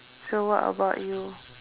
so what about you